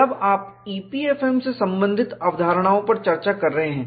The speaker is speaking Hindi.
जब आप EPFM से संबंधित अवधारणाओं पर चर्चा कर रहे हैं